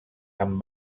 amb